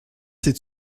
sais